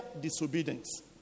disobedience